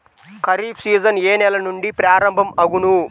Kharif season ఏ నెల నుండి ప్రారంభం అగును?